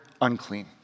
unclean